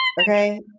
Okay